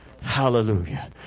Hallelujah